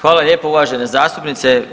Hvala lijepo uvažena zastupnice.